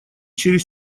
через